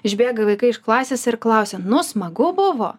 išbėga vaikai iš klasės ir klausia nu smagu buvo